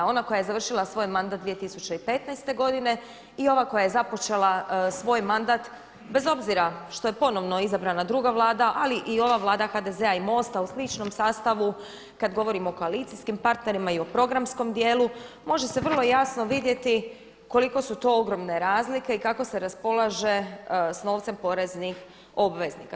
Ona koja je završila svoj mandat 2015. godine i ova koja je započela svoj mandat bez obzira što je ponovno izabrana druga vlada, ali i ova Vlada HDZ-a i MOST-a u sličnom sastavu kada govorimo o koalicijskim partnerima i o programskom dijelu, može se vrlo jasno vidjeti koliko su to ogromne razlike i kako se raspolaže s novcem poreznih obveznika.